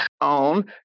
on